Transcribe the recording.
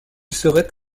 serait